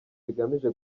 bigamije